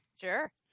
Sure